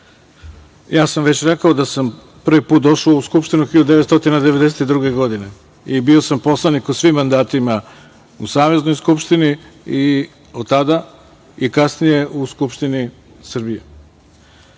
ja sam već rekao da sam prvi put došao u Skupštinu 1992. godine i bio sam poslanik u svim mandatima u Saveznoj skupštini, od tada, i kasnije u Skupštini Republike